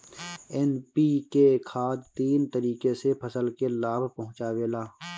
NPK खाद तीन तरीके से फसल के लाभ पहुंचावेला